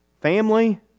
Family